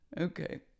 Okay